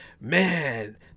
man